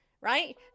right